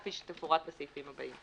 כפי שתפורט בסעיפים הבאים.